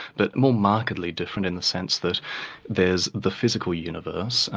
but more markedly different in the sense that there's the physical universe,